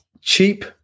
cheap